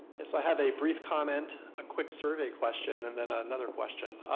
yes, i have a brief comment, a quick survey question, and then ah another question.